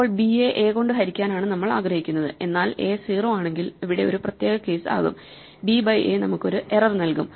ഇപ്പോൾ b യെ a കൊണ്ട് ഹരിക്കാനാണ് നമ്മൾ ആഗ്രഹിക്കുന്നത് എന്നാൽ a 0 ആണെങ്കിൽ ഇവിടെ ഒരു പ്രത്യേക കേസ് ആകും b ബൈ a നമുക്ക് ഒരു എറർ നൽകും